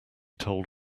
told